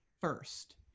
first